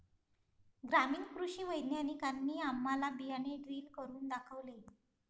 ग्रामीण कृषी वैज्ञानिकांनी आम्हाला बियाणे ड्रिल करून दाखवले